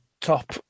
top